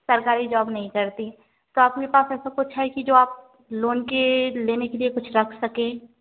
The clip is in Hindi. सरकारी जॉब नहीं करती तो आपके पास ऐसा कुछ है जो आप लोन के लेने के लिए कुछ रख सकें